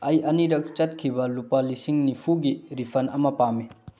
ꯑꯩ ꯑꯅꯤꯔꯛ ꯆꯠꯈꯤꯕ ꯂꯨꯄꯥ ꯂꯤꯁꯤꯡ ꯅꯤꯐꯨꯒꯤ ꯔꯤꯐꯟ ꯑꯃ ꯄꯥꯝꯃꯤ